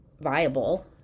viable